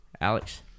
Alex